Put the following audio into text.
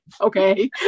Okay